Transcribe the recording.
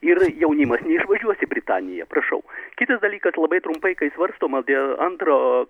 ir jaunimas neišvažiuos į britaniją prašau kitas dalykas labai trumpai kai svarstoma dėl antro